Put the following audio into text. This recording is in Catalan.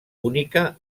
única